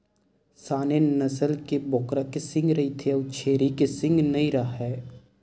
Saanen नसल के बोकरा के सींग रहिथे अउ छेरी के सींग नइ राहय